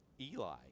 Eli